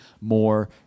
more